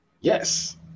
Yes